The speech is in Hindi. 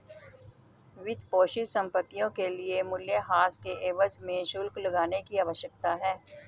वित्तपोषित संपत्तियों के लिए मूल्यह्रास के एवज में शुल्क लगाने की आवश्यकता है